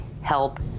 help